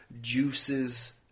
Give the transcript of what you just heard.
juices